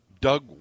Doug